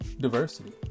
diversity